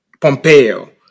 Pompeo